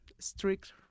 strict